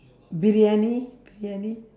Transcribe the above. briyani briyani